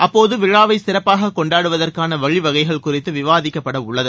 அப்போது விழாவை சிறப்பாக கொண்டாடுவதற்கான வழிவகைகள் குறித்து விவாதிக்கப்படவுள்ளது